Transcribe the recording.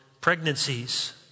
pregnancies